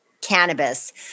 cannabis